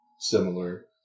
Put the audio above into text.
similar